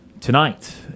tonight